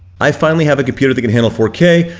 i finally have a computer that can handle four k,